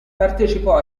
partecipò